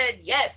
yes